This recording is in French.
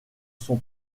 son